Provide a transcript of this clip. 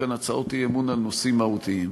כאן הצעות אי-אמון על נושאים מהותיים.